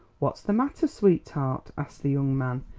what's the matter, sweetheart? asked the young man,